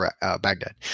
Baghdad